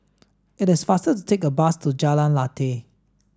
it is faster to take a bus to Jalan Lateh